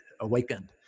awakened